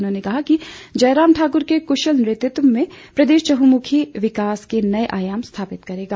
उन्होंने कहा कि जयराम ठाकुर के कुशल नेतृत्व में प्रदेश चहुमुखी विकास के नए आयाम स्थापित करेगा